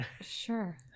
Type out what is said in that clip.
Sure